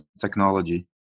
technology